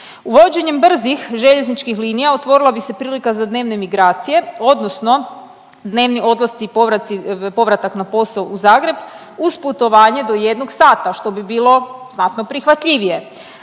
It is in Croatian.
Uvođenjem brzih željezničkih linija otvorila bi se prilika za dnevne migracije, odnosno dnevni odlasci i povraci, povratak na posao u Zagreb uz putovanje do 1 sata, što bi bilo znatno prihvatljivije.